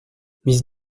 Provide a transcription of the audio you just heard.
miss